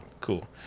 Cool